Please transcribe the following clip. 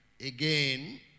again